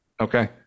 Okay